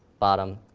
bottom,